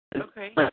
Okay